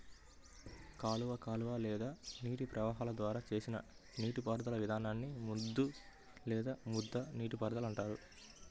కాలువ కాలువ లేదా నీటి ప్రవాహాల ద్వారా చేసిన నీటిపారుదల విధానాన్ని ముద్దు లేదా ముద్ద నీటిపారుదల అంటారు